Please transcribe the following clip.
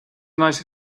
nice